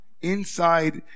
inside